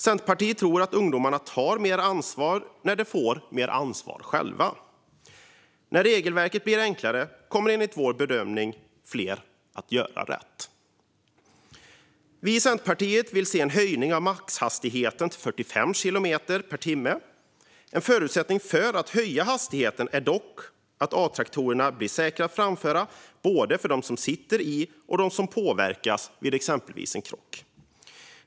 Centerpartiet tror att ungdomarna tar mer ansvar när de själva de får mer ansvar. När regelverket blir enklare kommer enligt vår bedömning fler att göra rätt. Vi i Centerpartiet vill se en höjning av maxhastigheten till 45 kilometer per timme. En förutsättning för att höja hastigheten är dock att A-traktorerna blir säkra att framföra, både för dem som sitter i och för dem som påverkas vid en krock.